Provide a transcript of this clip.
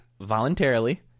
Voluntarily